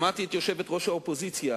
שמעתי את יושבת-ראש האופוזיציה